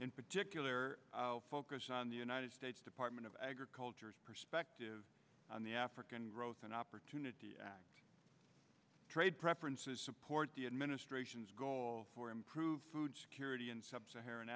in particular focus on the united states department of agriculture perspective on the african growth and opportunity act trade preferences support the administration's goal for improved food security in sub